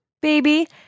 Baby